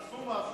עשו משהו.